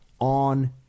on